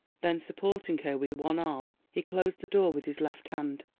then supporting her with one arm, he closed the door with his left hand.